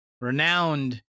renowned